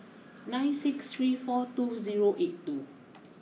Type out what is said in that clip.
nine six three four two zero eight two